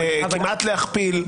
עיקר התרגילים יכולים להיות החזרה כי